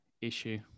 issue